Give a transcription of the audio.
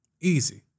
Easy